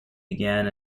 began